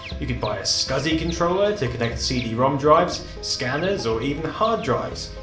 you could buy a scsi controller to connect cd-rom drives, scanners or even hard drives.